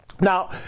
Now